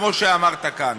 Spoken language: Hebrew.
כמו שאמרת כאן.